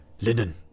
Linen